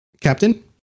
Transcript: Captain